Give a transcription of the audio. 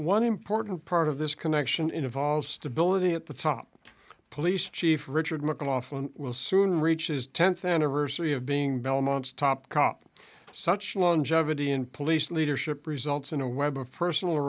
one important part of this connection involves stability at the top police chief richard mclachlan will soon reach his tenth anniversary of being belmont's top cop such longevity in police leadership results in a web of personal